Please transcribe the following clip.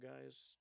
guys